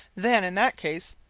then in that case,